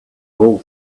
all